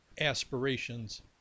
aspirations